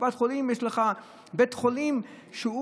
בקופת חולים יש לך בית חולים שהוא,